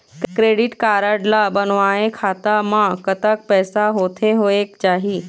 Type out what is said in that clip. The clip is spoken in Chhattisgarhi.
क्रेडिट कारड ला बनवाए खाता मा कतक पैसा होथे होएक चाही?